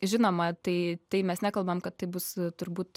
žinoma tai tai mes nekalbam kad tai bus turbūt